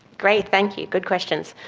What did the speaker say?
great, thank you, good questions.